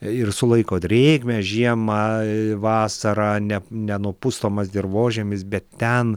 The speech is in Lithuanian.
ir sulaiko drėgmę žiemą vasarą ne nenupustomas dirvožemis bet ten